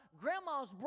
grandma's